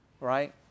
Right